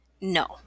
No